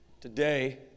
Today